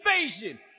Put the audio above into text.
Invasion